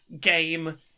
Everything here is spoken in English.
game